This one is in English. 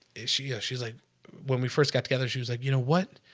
is she is she's like when we first got together she was like, you know what?